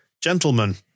Gentlemen